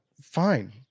fine